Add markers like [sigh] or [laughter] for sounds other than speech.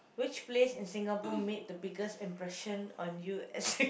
which place in Singapore made the biggest impression on you as a [laughs]